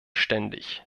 ständig